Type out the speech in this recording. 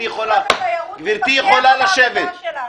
משרד התיירות יכול לפקח על העבודה שלנו.